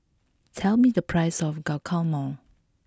tell me the price of Guacamole